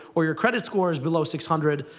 or your credit score is below six hundred,